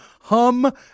hum